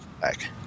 back